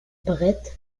bret